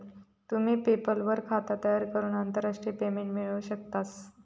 तुम्ही पेपल वर खाता तयार करून आंतरराष्ट्रीय पेमेंट मिळवू शकतास